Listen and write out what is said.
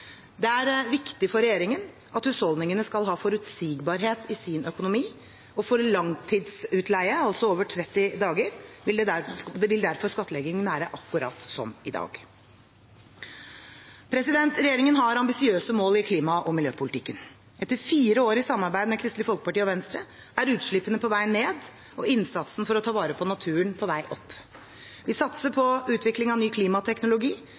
Det er viktig for regjeringen at husholdningene har en forutsigbarhet i sin økonomi. For langtidsutleie, altså over 30 dager, vil derfor skattleggingen være akkurat som i dag. Regjeringen har ambisiøse mål i klima- og miljøpolitikken. Etter fire år i samarbeid med Kristelig Folkeparti og Venstre er utslippene på vei ned og innsatsen for å ta vare på naturen på vei opp. Vi satser på utvikling av ny klimateknologi,